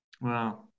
wow